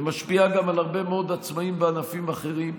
ומשפיעה גם על הרבה מאוד עצמאים בענפים אחרים.